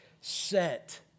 set